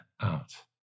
out